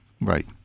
Right